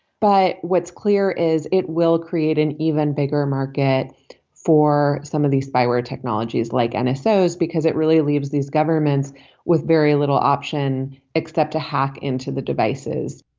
but what's clear is it will create an even bigger market for some of these spyware technologies like nsa and so those because it really leaves these governments with very little option except to hack into the devices